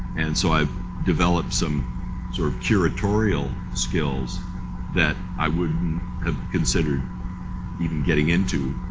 and so i've developed some sort curatorial skills that i wouldn't have considered even getting into